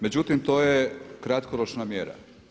Međutim, to je kratkoročna mjera.